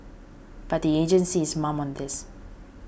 but the agency is mum on this